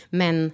men